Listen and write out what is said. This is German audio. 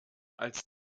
als